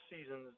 seasons